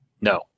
No